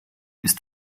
ist